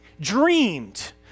dreamed